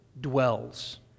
dwells